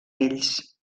ells